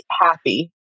happy